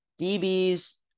DBs